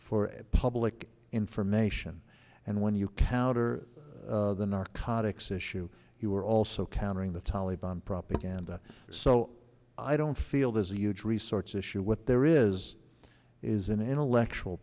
for public information and when you counter the narcotics issue you are also countering the taliban propaganda so i don't feel there's a huge resorts issue what there is is an intellectual